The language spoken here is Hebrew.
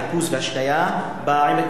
ניקוז והשקיה בעמק,